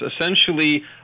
essentially